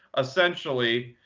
essentially,